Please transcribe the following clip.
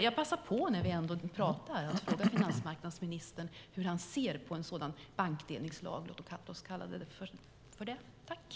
Jag passar på, när vi ändå diskuterar, att fråga finansmarknadsministern hur han ser på en sådan bankdelningslag, om vi kallar den så.